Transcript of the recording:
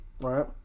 Right